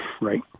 Right